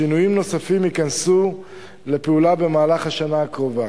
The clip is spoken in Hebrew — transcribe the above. שינויים נוספים ייכנסו לפעולה במהלך השנה הקרובה.